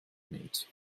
mate